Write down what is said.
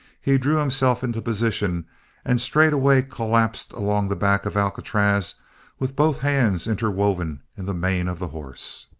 he drew himself into position and straightway collapsed along the back of alcatraz with both hands interwoven in the mane of the horse.